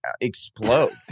explode